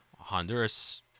Honduras